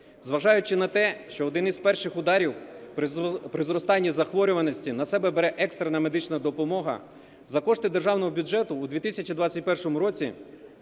Зважаючи на те, що один із перших ударів при зростанні захворюваності на себе бере екстрена медична допомога, за кошти державного бюджету у 2021 році